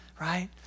Right